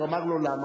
אמר לו: למה?